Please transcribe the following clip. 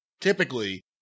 typically